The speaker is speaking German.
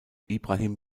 ibrahim